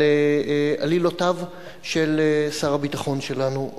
על עלילותיו של שר הביטחון שלנו.